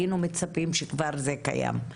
היינו מצפים שכבר זה יהיה קיים.